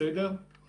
אני